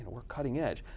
we're cutting edge,